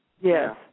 Yes